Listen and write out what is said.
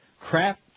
crap